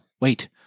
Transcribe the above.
wait